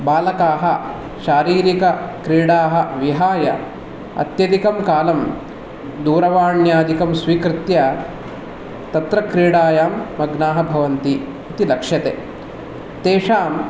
बालकाः शारिरीकक्रीडाः विहाय अत्यधिकं कालं दूरवाण्यादिकं स्वीकृत्य तत्र क्रीडायां मग्नाः भवन्ति इति लक्ष्यते तेषां